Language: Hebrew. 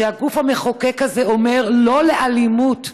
שהגוף המחוקק הזה אומר "לא לאלימות",